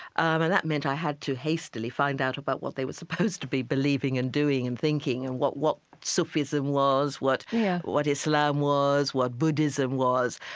and that meant i had to hastily find out about what they were supposed to be believing and doing and thinking, and what what sufism was, what yeah what islam was, what buddhism was,